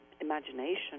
imagination